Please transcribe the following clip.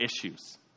issues